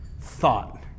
thought